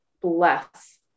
bless